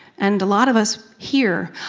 and a lot of us hear,